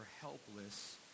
helpless